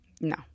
No